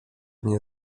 nie